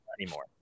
Anymore